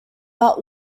but